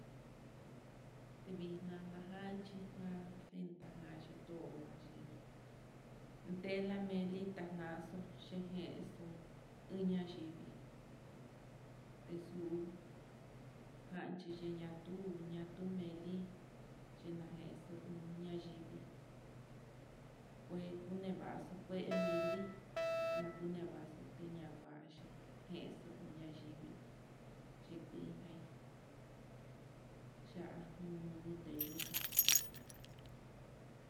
Tevix nanajanchí na'a lenta janchí to'a xhí tela meni tanaxo'o, x nxo'o iña yivii ngexuu janxhi nina tuu ñatuu meli, x xo en ñayivii kue kunevaxo kué, meli nakunevaxo téña kuachí ñexo ñayiivi xhikui jain, ya'a nuñunu teyuxo.